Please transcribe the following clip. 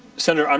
senator, um